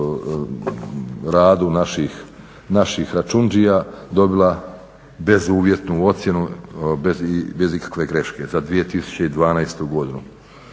radu naših računđija, dobila beuzvjetnu ocjenu, bez ikakve greške za 2012. godinu.